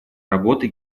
работы